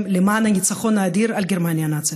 למען הניצחון האדיר על גרמניה הנאצית.